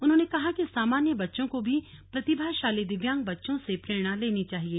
उन्होंने कहा कि सामान्य बच्चों को भी प्रतिभाशाली दिव्यांग बच्चों से प्रेरणा लेनी चाहिये